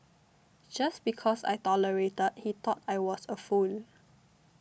just because I tolerated he thought I was a fool